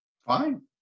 Fine